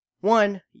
one